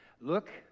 look